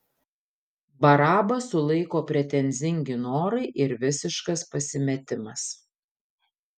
barabą sulaiko pretenzingi norai ir visiškas pasimetimas